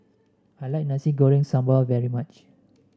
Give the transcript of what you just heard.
I like Nasi Goreng Sambal very much